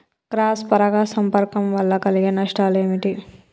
Cross పరాగ సంపర్కం వల్ల కలిగే నష్టాలు ఏమిటి?